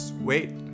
wait